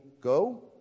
go